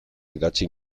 idatzi